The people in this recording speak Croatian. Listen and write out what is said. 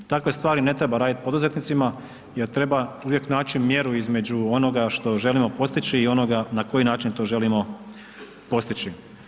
Takve stvari ne treba radit poduzetnicima jer treba uvijek naći mjeru između onoga što želimo postići i onoga na koji način to želimo postići.